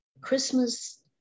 Christmas